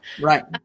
Right